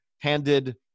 handed